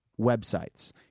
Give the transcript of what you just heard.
websites